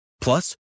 Plus